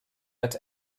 let